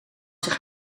zich